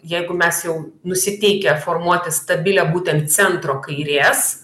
jeigu mes jau nusiteikę formuoti stabilią būtent centro kairės